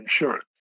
insurance